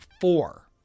four